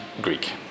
Greek